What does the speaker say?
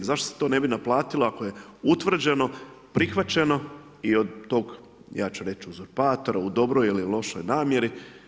Zašto se to ne bi naplatilo ako je utvrđeno, prihvaćeno i od tog ja ću reći uzurpatora u dobroj ili lošoj namjeri.